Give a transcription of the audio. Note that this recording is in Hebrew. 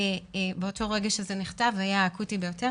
באותו רגע שזה נכתב זה היה האקוטי ביותר,